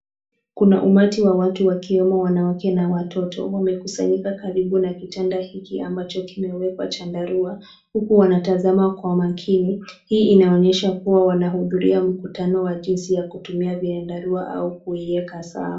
Kuna umati wa watu wakiwemo wanawake na watoto wamekusanyika karibu na kitanda hiki ambacho kimewekwa chandarua, huku wanatazama kwa makini, hii inaonyesha kuwa wanahudhuria mkutano wa jinsi ya kutumia viandarua au kueika sawa.